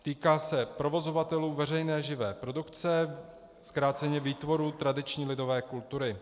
Týká se provozovatelů veřejné živé produkce, zkráceně výtvorů tradiční lidové kultury.